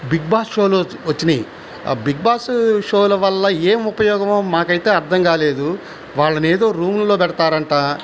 Bigg Boss షోలు వచ్చినయి Bigg Boss షోల వల్ల ఏం ఉపయోగమో మాకైతే అర్థంకాలేదు వాల్లనేదో రూముల్లో పెడతారంట